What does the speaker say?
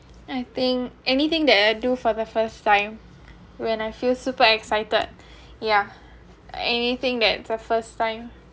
I think anything that I do for the first time when I feel super excited ya anything that the first time